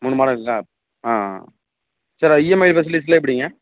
மூணு மாடல் இருக்கா ஆ சார் இஎம்ஐ ஃபெசிலிட்டிலாம் எப்படிங்க